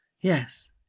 Yes